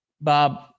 Bob